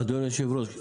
אדוני היושב ראש,